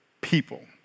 people